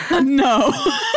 No